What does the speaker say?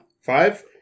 Five